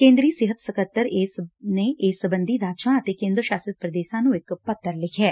ਕੇਂਦਰ ਸਿਹਤ ਸਕੱਤਰ ਇਸ ਸਬੰਧੀ ਰਾਜਾਂ ਅਤੇ ਕੇਂਦਰ ਸਾਸ਼ਤ ਪੁਦੇਸਾਂ ਨੂੰ ਇਕ ਪੱਤਰ ਲਿਖਿਐ